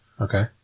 Okay